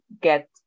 get